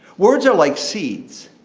words are like seeds.